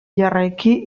jarraiki